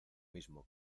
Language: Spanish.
mismo